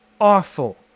awful